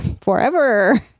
forever